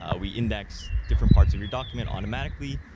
ah we index different parts of your document automatically.